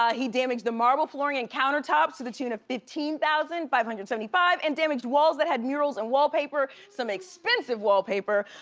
ah he damaged the marble flooring and countertops to the tune of fifteen thousand five hundred and seventy five and damaged walls that had murals and wallpaper, some expensive wallpaper,